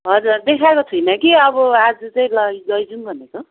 हजुर देखाएको छुइनँ कि अब आज चाहिँ लै लैजाऊँ भनेको